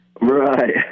Right